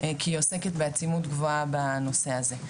כי היא עוסקת בעצימות גבוהה בנושא הזה.